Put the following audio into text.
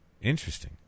Interesting